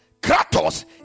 Kratos